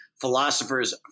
philosophers